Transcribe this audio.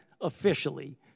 officially